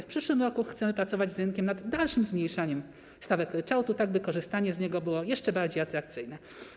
W przyszłym roku chcemy pracować z rynkiem nad dalszym zmniejszaniem stawek ryczałtu, tak by korzystanie z niego było jeszcze bardziej atrakcyjne.